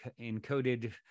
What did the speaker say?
encoded